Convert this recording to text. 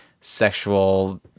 sexual